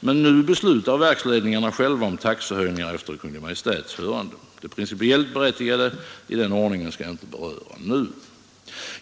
men nu beslutar verksledningar själva om taxehöjningar efter Kungl. Maj:ts hörande. Det principiellt berättigade i denna ordning skall nu inte beröras.